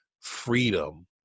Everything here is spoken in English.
freedom